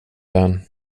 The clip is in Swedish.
den